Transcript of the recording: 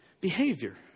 behavior